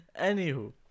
Anywho